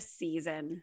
season